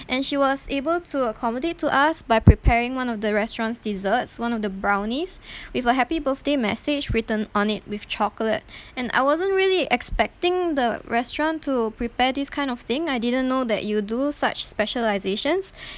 and she was able to accommodate to us by preparing one of the restaurant's desserts one of the brownies with a happy birthday message written on it with chocolate and I wasn't really expecting the restaurant to prepare this kind of thing I didn't know that you do such specialisations